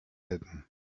hidden